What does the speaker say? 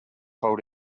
hold